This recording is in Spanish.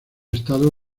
estado